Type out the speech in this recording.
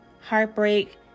heartbreak